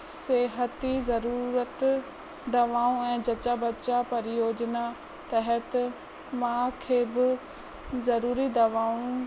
सेहती ज़रूरत दवाऊं ऐं जचा ॿचा परियोजना तहत मां खे बि जरूरी दवाऊं